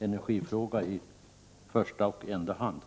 Det här är uteslutande en energifråga.